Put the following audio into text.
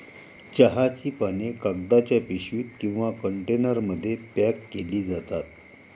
चहाची पाने कागदाच्या पिशवीत किंवा कंटेनरमध्ये पॅक केली जातात